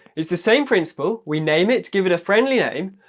it's the same principle, we name it, give it a friendly name,